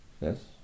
yes